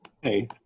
hey